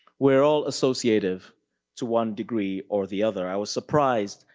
we're all associative to one degree or the other. i was surprised,